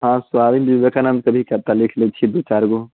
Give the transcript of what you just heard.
हँ स्वामी विवेकानंद पर भी कविता लिखने छियै दू चारि गो